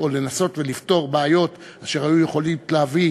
אז בהחלט אם מדובר בהחלטה גורפת של אזרחי ואזרחיות המדינה,